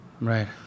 Right